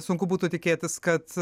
sunku būtų tikėtis kad